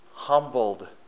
Humbled